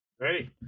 Ready